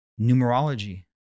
numerology